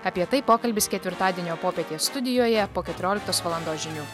apie tai pokalbis ketvirtadienio popietę studijoje po keturioliktos valandos žinių